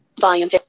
Volume